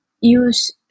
use